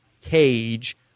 cage